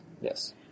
Yes